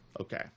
Okay